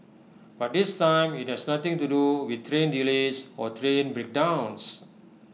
but this time IT has nothing to do with train delays or train breakdowns